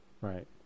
right